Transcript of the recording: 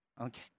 Okay